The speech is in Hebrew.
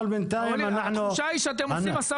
אבל בינתיים --- התחושה היא שאתם עושים משא